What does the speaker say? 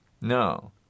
no